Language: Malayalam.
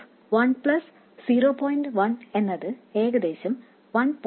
1 ന്റെ സ്ക്വയർ എന്നത് ഏകദേശം 1